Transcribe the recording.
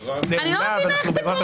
אני לא מבינה איך זה קורה.